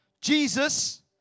Jesus